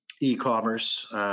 e-commerce